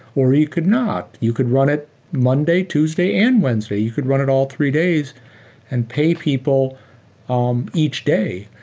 or you could not. you could run it monday, tuesday and wednesday. you could run it all three days and pay people um each day.